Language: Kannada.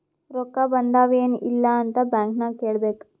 ರೊಕ್ಕಾ ಬಂದಾವ್ ಎನ್ ಇಲ್ಲ ಅಂತ ಬ್ಯಾಂಕ್ ನಾಗ್ ಕೇಳಬೇಕ್